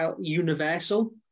universal